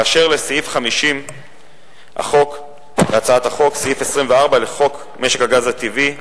באשר לסעיף 50 להצעת החוק: סעיף 24 לחוק משק הגז הטבעי,